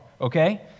okay